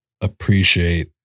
appreciate